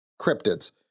cryptids